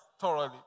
thoroughly